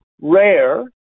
rare